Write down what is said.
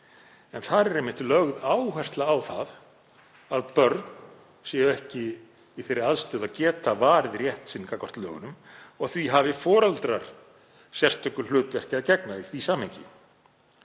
en þar er einmitt lögð áhersla á að börn séu ekki í þeirri aðstöðu að geta varið rétt sinn gagnvart lögunum og því hafi foreldrar sérstöku hlutverki að gegna í því samhengi.